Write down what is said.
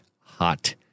hot